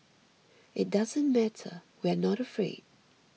it doesn't matter we are not afraid